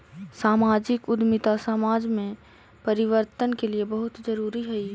सामाजिक उद्यमिता समाज में परिवर्तन के लिए बहुत जरूरी हई